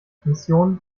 mission